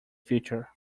future